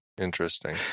Interesting